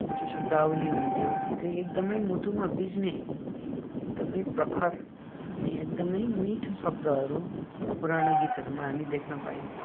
जुन चाहिँ शब्दावली हुन्थ्यो त्यो एकदमै मुटुमा बिझ्ने एकदमै प्रखर अनि एकदमै मिठो शब्दहरू पुरानो गीतहरूमा हामी देख्न पाइन